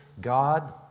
God